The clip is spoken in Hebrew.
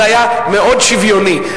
זה היה מאוד שוויוני,